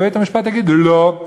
ובית-המשפט יגיד: לא,